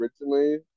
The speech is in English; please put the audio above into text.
originally